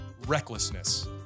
recklessness